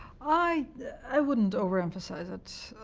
i i wouldn't overemphasize it.